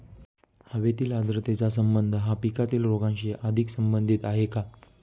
हवेतील आर्द्रतेचा संबंध हा पिकातील रोगांशी अधिक संबंधित आहे का?